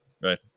Right